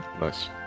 Nice